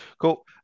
cool